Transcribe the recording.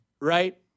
right